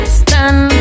stand